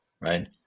right